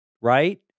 right